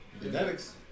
Genetics